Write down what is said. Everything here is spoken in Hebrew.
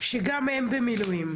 שגם הם במילואים.